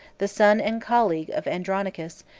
the son and colleague of andronicus,